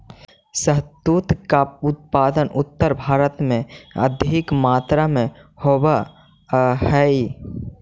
शहतूत का उत्पादन उत्तर भारत में अधिक मात्रा में होवअ हई